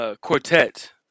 quartet